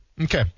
Okay